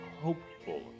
hopeful